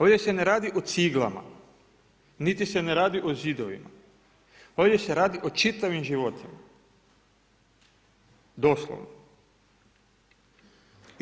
Ovdje se ne radi o ciglama, niti se ne radi o zidovima, ovdje se radi o čitavim životima, doslovno.